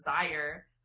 desire